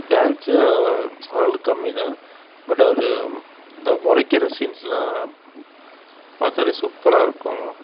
dance அவர் அவர் கம்மிதான் பட் அவர் இந்த முறைக்குற சீன்ஸ்லாம் பார்த்தாலே சூப்பராக இருக்கும்